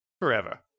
Forever